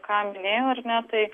ką minėjau ar ne tai